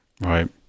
Right